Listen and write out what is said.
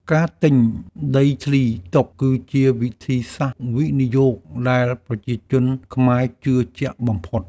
ការទិញដីធ្លីទុក គឺជាវិធីសាស្ត្រវិនិយោគដែលប្រជាជនខ្មែរជឿជាក់បំផុត។